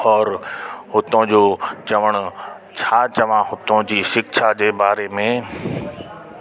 और हुतों जो चवण छा चवां हुतों जी शिक्षा जे बारे में